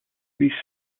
these